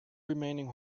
remaining